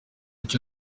icyo